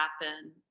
happen